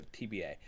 TBA